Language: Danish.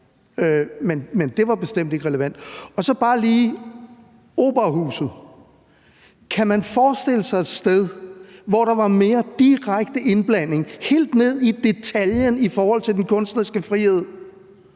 men dét var bestemt ikke relevant. Så vil jeg bare lige sige noget i forhold til Operaen. Kan man forestille sig et sted, hvor der var mere direkte indblanding helt ned i detaljen i forhold til den kunstneriske frihed,